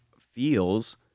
feels